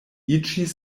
iĝis